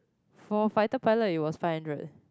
for fighter pilot it was five hundred